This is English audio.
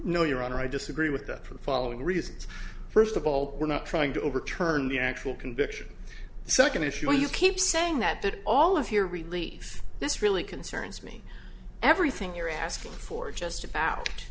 no your honor i disagree with that for the following reasons first of all we're not trying to overturn the actual conviction so i can assure you keep saying that that all of your relief this really concerns me everything you're asking for just